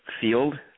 field